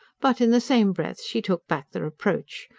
but in the same breath she took back the reproach.